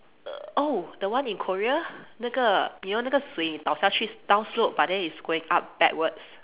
err oh the one in Korea 那个 you know 那个水你倒下去 down slope but then it's going up backwards